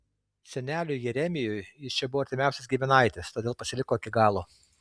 seneliui jeremijui jis čia buvo artimiausias giminaitis todėl pasiliko iki galo